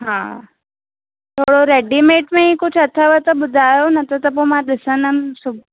हा थोरो रेडीमेड में ई कुझु अथव त ॿुधायो न न त पोइ मां ॾिसंदमि